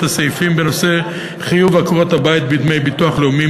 הסעיפים בנושא חיוב עקרות-הבית בדמי ביטוח לאומי,